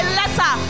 letter